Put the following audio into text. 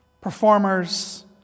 Performers